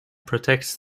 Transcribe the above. protects